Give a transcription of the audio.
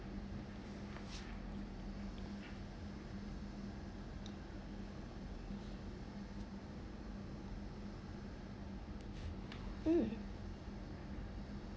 mm